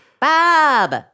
Bob